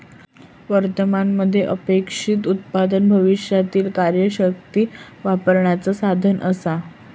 वर्तमान मध्ये अपेक्षित उत्पन्न भविष्यातीला कार्यशक्ती वापरण्याचा साधन असा